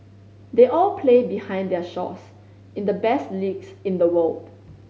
they all play behind their shores in the best leagues in the world